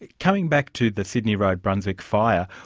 coming back to the sydney road brunswick fire,